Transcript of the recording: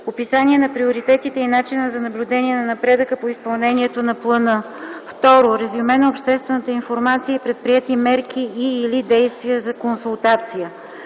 описание на приоритетите и начина за наблюдение на напредъка по изпълнението на плана; 2. резюме на обществената информация и предприети мерки и/или действия за консултация;